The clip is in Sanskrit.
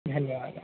धन्यवादः